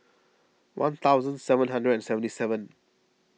one thousand seven hundred and seventy seven